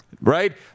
right